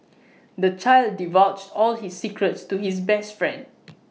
the child divulged all his secrets to his best friend